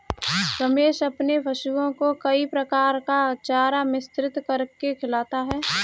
रमेश अपने पशुओं को कई प्रकार का चारा मिश्रित करके खिलाता है